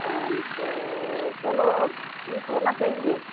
पाँच सौ चलो ठीक होना चाहिए